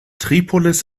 tripolis